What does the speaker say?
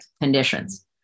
conditions